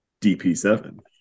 DP7